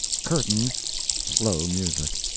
curtain slow music.